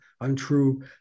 untrue